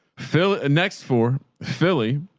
phil next for philly,